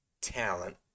talent